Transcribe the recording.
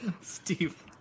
Steve